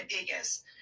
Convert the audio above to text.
Vegas